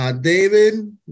David